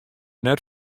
net